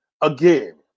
Again